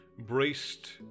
braced